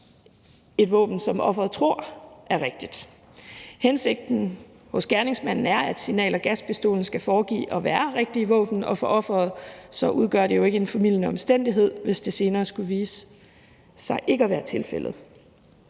med noget, som offeret tror er et rigtigt våben. Hensigten hos gerningsmanden er, at signal- eller gaspistolen skal foregive at være et rigtigt våben, og for offeret udgør det jo ikke en formildende omstændighed, hvis det senere skulle vise sig ikke at være tilfældet.